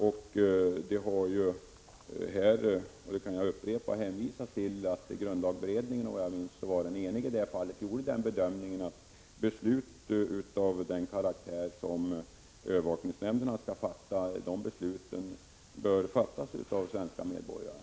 Om jag minns rätt var också grundlagberedningen enig när den gjorde den bedömningen att beslut av den karaktär som övervakningsnämnderna har att fatta bör fattas av svenska medborgare.